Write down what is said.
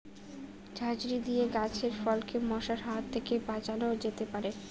ঝাঁঝরি দিয়ে গাছের ফলকে মশার হাত থেকে বাঁচানো যেতে পারে?